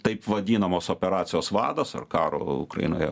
taip vadinamos operacijos vadas ar karo ukrainoje